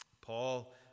Paul